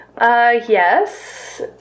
yes